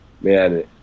Man